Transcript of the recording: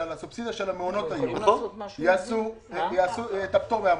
שעל הסובסידיה של המעונות יעשו את הפטור מהמע"מ,